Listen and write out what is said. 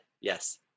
Yes